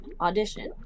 audition